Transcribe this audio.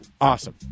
awesome